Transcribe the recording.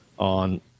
on